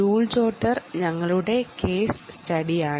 joule ജോട്ടർ ഞങ്ങളുടെ case സ്റ്റഡിയാണ്